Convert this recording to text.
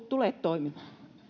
tämä tule toimimaan